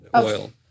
Oil